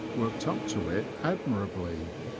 worked up to it admirably.